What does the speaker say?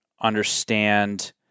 Understand